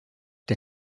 der